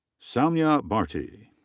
saumya bharti.